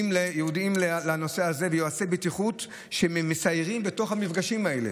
ייעודיים לנושא הזה ויועצי בטיחות שמסיירים בתוך המפגשים האלה,